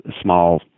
small